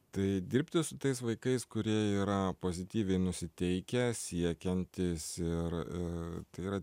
tai dirbti su tais vaikais kurie yra pozityviai nusiteikę siekiantys ir tai yra